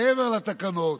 מעבר לתקנות,